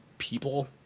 People